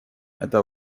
это